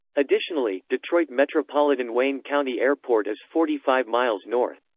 additionally, detroit metropolitan wayne county airport is forty five miles north.